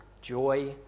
joy